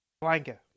Blanca